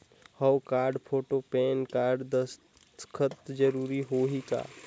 हव card, photo, PAN card, दस्खत जरूरी होही का?